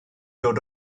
dod